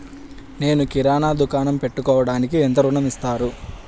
నేను కిరాణా దుకాణం పెట్టుకోడానికి ఎంత ఋణం ఇస్తారు?